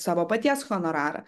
savo paties honorarą